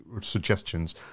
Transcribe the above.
suggestions